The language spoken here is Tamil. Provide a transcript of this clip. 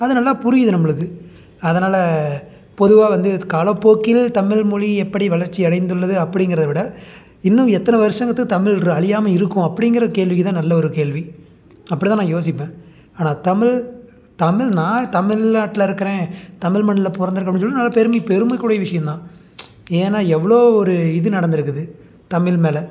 அது நல்லா புரியுது நம்பளுக்கு அதனால் பொதுவாக வந்து காலப்போக்கில் தமிழ் மொழி எப்படி வளர்ச்சி அடைந்துள்ளது அப்படிங்கறத விட இன்னும் எத்தனை வர்ஷங்கள்துக்கு தமிழ் அழியாம இருக்கும் அப்படிங்குற கேள்விக்குதான் நல்ல ஒரு கேள்வி அப்படிதான் நான் யோசிப்பேன் ஆனால் தமிழ் தமிழ் நான் தமிழ்நாட்ல இருக்கிறேன் தமிழ் மண்ணில் பிறந்துருக்கேன் அப்படின்னு சொல்லி நல்ல பெருமை பெருமைக்குரிய விஷயந்தான் ஏனால் எவ்வளோ ஒரு இது நடந்துருக்கிறது தமிழ் மேலே